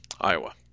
iowa